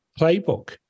playbook